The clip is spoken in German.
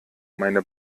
meine